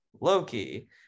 Loki